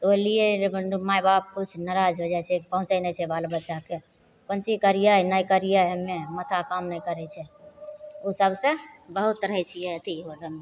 ताहि लिए ओकर माइ बाप किछु नाराज हो जाइ छै पहुँचै नहि छै बाल बच्चाके कोन चीज करिए नहि करिए हमे माथा काम नहि करै छै ओसबसे बहुत रहै छिए अथी होल हमे